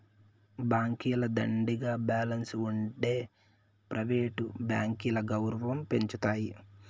బాంకీల దండిగా బాలెన్స్ ఉంటె ప్రైవేట్ బాంకీల గౌరవం పెంచతాయి